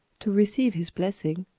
to receive his blessing,